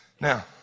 Now